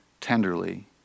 tenderly